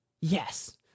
Yes